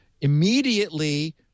immediately